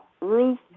Ruth